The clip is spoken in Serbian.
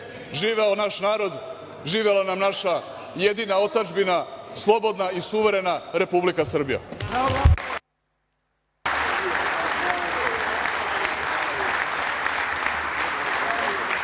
Živeo naš narod, živela nam naša jedina otadžbina, slobodna i suverena Republika Srbija.